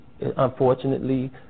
unfortunately